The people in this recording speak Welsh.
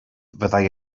fyddai